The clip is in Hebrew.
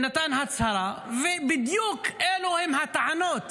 הוא נתן הצהרה, ובדיוק אלו הן הטענות